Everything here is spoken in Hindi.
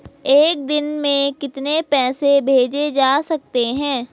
एक दिन में कितने पैसे भेजे जा सकते हैं?